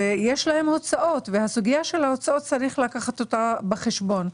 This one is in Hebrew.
ויש להם הוצאות שצריך לקחת בחשבון.